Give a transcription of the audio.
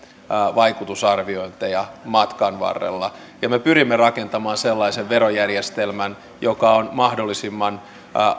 vaikutusarviointeja matkan varrella ja me pyrimme rakentamaan sellaisen verojärjestelmän joka on mahdollisimman